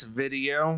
video